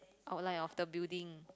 oh like of the building